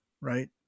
right